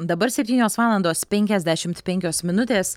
dabar septynios valandos penkiasdešimt penkios minutės